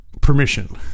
permission